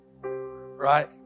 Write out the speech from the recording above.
Right